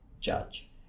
judge